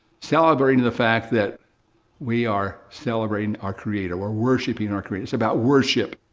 celebrating the fact that we are celebrating our creator, we're worshiping our creator. it's about worship.